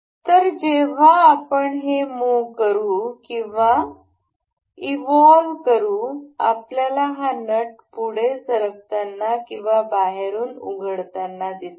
तर जेव्हा आपण हे मुह करू किंवा ईवॉलव्ह करू आपल्याला हा नट पुढे सरकताना किंवा बाहेरून उघडताना दिसेल